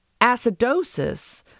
acidosis